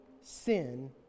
sin